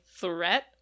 threat